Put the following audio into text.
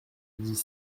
dix